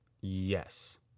Yes